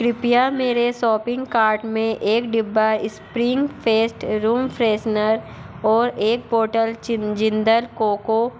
कृपया मेरे shopping cart में एक डिब्बा इस्प्रिंग फेस्ट रूम फ्रेसनर और एक बॉटल चिनजिंदल कोको